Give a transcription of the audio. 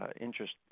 interest